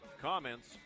comments